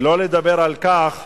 שלא לדבר על כך